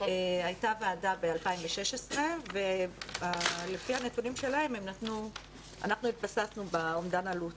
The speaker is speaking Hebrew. הייתה ועדה ב-2016 ולפי הנתונים שלהם אנחנו התבססנו באומדן עלות,